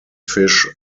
fish